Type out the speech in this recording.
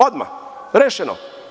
Odmah, rešeno.